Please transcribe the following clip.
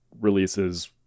releases